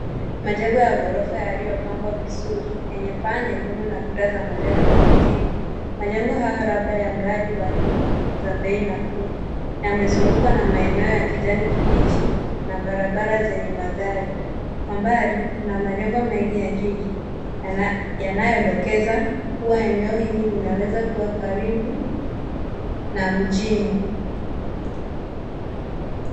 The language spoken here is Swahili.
Majengo ya ghorofa yaliyopangwa vizuri yenye paa nyekundu na kuta za manjano na kijivu. Majengo hayo labda ya mradi wa nyumba za bei nafuu, yamezungukwa na maeneo ya kijani kibichi na barabara zenye magari. Kwa umbali, kuna majengo mengi ya jiji yanayodokeza kuwa eneo hili linaweza kuwa karibu na mjini.